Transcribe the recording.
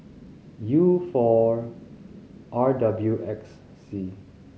U four R W X C